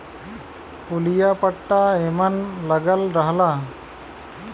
पुलिया पट्टा एमन लगल रहला